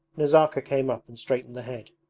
nazarka came up and straightened the head,